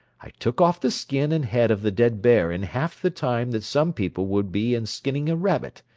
i took off the skin and head of the dead bear in half the time that some people would be in skinning a rabbit,